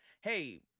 hey